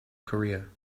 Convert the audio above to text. career